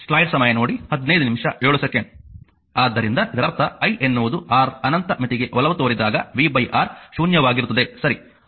ಆದ್ದರಿಂದ ಇದರರ್ಥ I ಎನ್ನುವುದು R ಅನಂತ ಮಿತಿಗೆ ಒಲವು ತೋರಿದಾಗ v R ಶೂನ್ಯವಾಗಿರುತ್ತದೆ ಸರಿ